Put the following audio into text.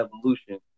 evolution